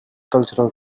cultural